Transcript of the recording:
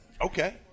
Okay